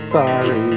Sorry